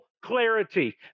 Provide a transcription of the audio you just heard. clarity